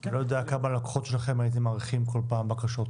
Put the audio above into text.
אני לא יודע לכמה לקוחות שלכם הייתם מאריכים כל פעם בקשות,